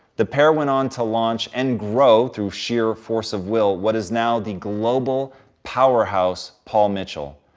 the pair went on to launch and grow through sheer force of will what is now the global powerhouse, paul mitchell,